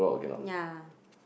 ya